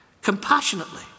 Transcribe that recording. compassionately